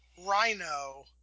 Rhino